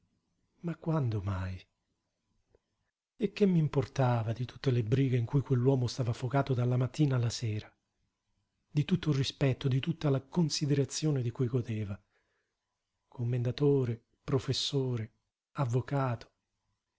ma quando mai e che m'importava di tutte le brighe in cui quell'uomo stava affogato dalla mattina alla sera di tutto il rispetto di tutta la considerazione di cui godeva commendatore professore avvocato